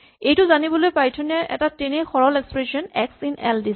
এইটো জানিবলৈ পাইথন ৰ এটা তেনেই সৰল এক্সপ্ৰেচন এক্স ইন এল আছে